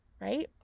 right